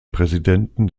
präsidenten